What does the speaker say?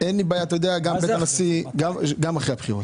גם את הפנייה של בית הנשיא אפשר להביא אחרי הבחירות.